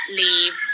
leave